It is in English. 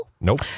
Nope